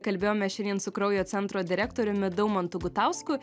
kalbėjome šiandien su kraujo centro direktoriumi daumantu gutausku